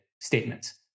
statements